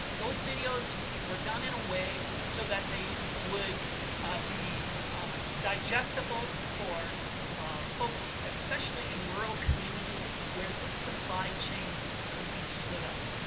those videos were done in a way so that they would be digestible for folks, especially in rural communities where this supply chain could be stood up,